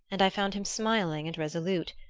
and i found him smiling and resolute,